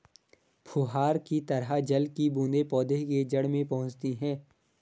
फुहार की तरह जल की बूंदें पौधे के जड़ में पहुंचती है